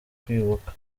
kwibuka